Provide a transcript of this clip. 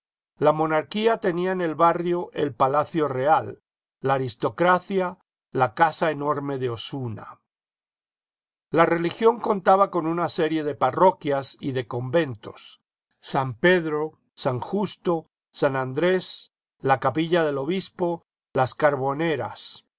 la m onarquía tenía en el barrio el palacio real la aristocracia la casa enorme de osuna la religión contaba con una serie de parroquias y de conventos san pedro san justo san andrés la capilla del obispo las carboneras